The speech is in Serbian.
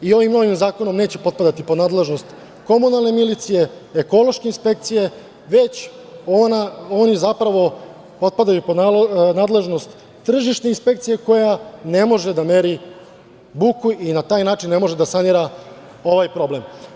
I ovim novim zakonom neće potpadati pod nadležnost komunalne milicije, ekološke inspekcije, već oni zapravo potpadaju pod nadležnost tržišne inspekcije koja ne može da meri buku i na taj način ne može da se planira ovaj problem.